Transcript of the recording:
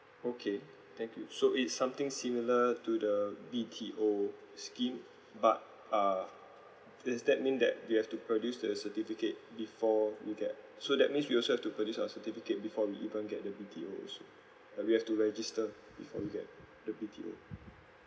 okay thank you so it's something similar to the B_T_O scheme but uh is that mean that we have to produce the certificate before we get so that means we also have to produce our certificate before we even get the B_T_O also like we have to register before we get the B_T_O